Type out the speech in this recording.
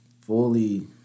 fully